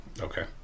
Okay